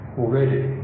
already